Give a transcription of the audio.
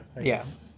Yes